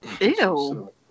Ew